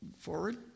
forward